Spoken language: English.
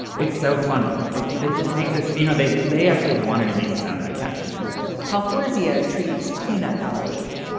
it's so funny. they just make this you know they they actually wanted to make it sound high tech. you know pal fawzia treats peanut allergy.